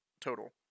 total